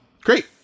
Great